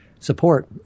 support